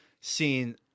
seen